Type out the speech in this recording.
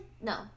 No